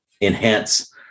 enhance